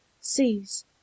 sees